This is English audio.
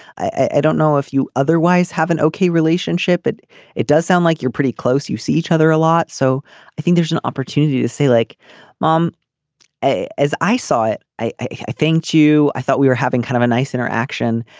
i don't know if you otherwise have an okay relationship but it does sound like you're pretty close you see each other a lot. so i think there's an opportunity to say like mom as i saw it i i think you i thought we were having kind of a nice interaction.